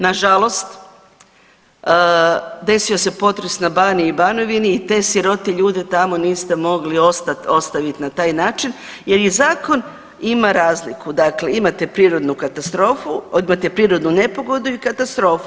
Nažalost, desio se potres na Baniji i Banovini i te sirote ljude tamo niste mogli ostavit na taj način jer je zakon ima razliku, dakle imate prirodnu katastrofu, imate prirodnu nepogodu i katastrofu.